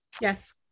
yes